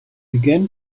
began